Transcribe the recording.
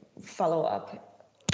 follow-up